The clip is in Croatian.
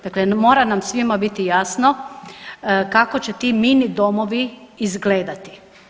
Dakle, mora nam svima biti jasno kako će ti mini domovi izgledati.